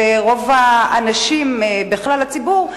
ורוב האנשים בכלל הציבור,